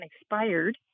expired